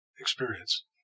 experience